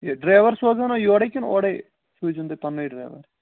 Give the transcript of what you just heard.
یہِ ڈرٛیوَر سوزونا یورَے کِنہٕ اورَے سوٗزیُن تُہۍ پنٛنُے ڈرٛیوَر